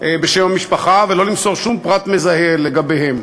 בשם המשפחה ולא למסור שום פרט מזהה לגביהם.